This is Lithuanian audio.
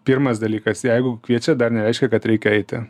pirmas dalykas jeigu kviečia dar nereiškia kad reikia eiti